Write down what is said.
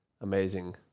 amazing